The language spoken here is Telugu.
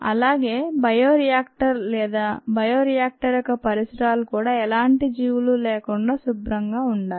అలాగే బయోరియాక్టర్ లేదా బయోరియాక్టర్ యొక్క పరిసరాలు కూడా ఎలాంటి జీవులు లేకుండా శుభ్రంగా ఉండాలి